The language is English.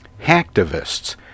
hacktivists